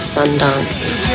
Sundance